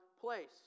place